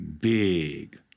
big